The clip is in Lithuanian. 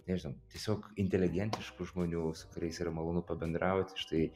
nežinau tiesiog inteligentiškų žmonių su kuriais yra malonu pabendrauti štai